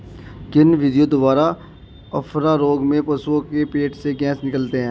किन विधियों द्वारा अफारा रोग में पशुओं के पेट से गैस निकालते हैं?